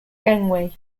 gangway